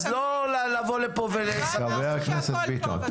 אז לא לבוא לפה ולספר שהכול טוב.